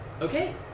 Okay